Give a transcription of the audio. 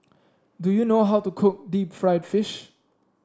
do you know how to cook Deep Fried Fish